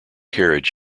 carriage